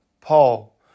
Paul